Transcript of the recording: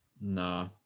Nah